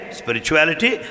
spirituality